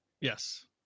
Yes